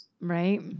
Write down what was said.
Right